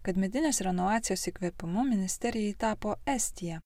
kad medinės renovacijos įkvėpimu ministerijai tapo estija